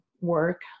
work